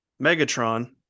Megatron